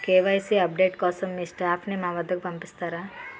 KYC update కోసం మీ staff ని మా వద్దకు పంపిస్తారా?